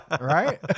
right